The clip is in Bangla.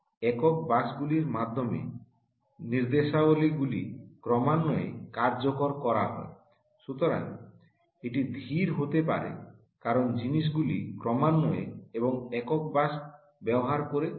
একক বাসের মাধ্যমে নির্দেশাবলী গুলি ক্রমান্বয়ে কার্যকর করা হয় সুতরাং এটি ধীর হতে পারে কারণ জিনিসগুলি ক্রমান্বয়ে এবং একক বাস ব্যবহার করে হয়